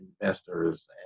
investors